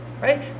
Right